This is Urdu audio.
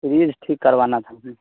فریز ٹھیک کروانا تھا